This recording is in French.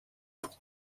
pour